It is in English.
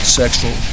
sexual